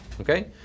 okay